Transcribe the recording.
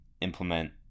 implement